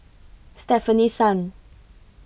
Stefanie Sun